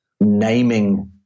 naming